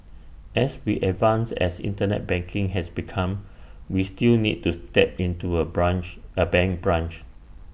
as we advanced as Internet banking has become we still need to step into A branch A bank branch